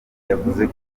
yavuze